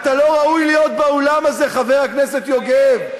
אתה לא ראוי להיות באולם הזה, חבר הכנסת יוגב.